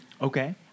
Okay